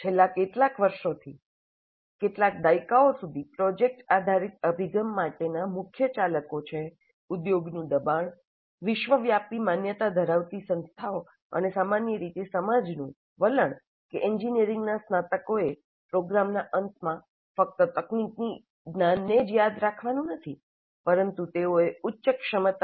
છેલ્લા કેટલાક વર્ષોથી કેટલાક દાયકાઓ સુધી પ્રોજેક્ટ આધારિત અભિગમ માટેના મુખ્ય ચાલકો છે ઉદ્યોગનું દબાણ વિશ્વવ્યાપી માન્યતા ધરાવતી સંસ્થાઓ અને સામાન્ય રીતે સમાજ નું વલણ કે એન્જિનિયરિંગના સ્નાતકોએ પ્રોગ્રામના અંતમાં ફક્ત તકનીકી જ્ઞાનને જ યાદ રાખવાનું નથી પરંતુ તેઓએ ઉચ્ચ ક્ષમતા